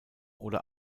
oder